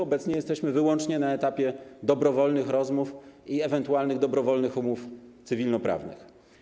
Obecnie jesteśmy wyłącznie na etapie dobrowolnych rozmów i ewentualnych dobrowolnych umów cywilnoprawnych.